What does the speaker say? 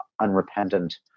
unrepentant